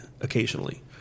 occasionally